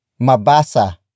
Mabasa